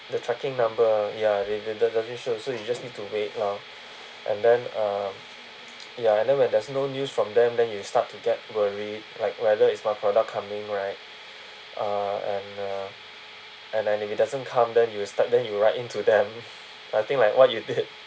the tracking number ya they don't don't really show so you just need to wait lor and then uh ya and then when there's no news from them then you start to get worried like whether is my product coming right uh and uh and and if it doesn't come then you start then you write in to them I think like what you did